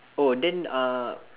oh then uh